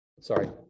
sorry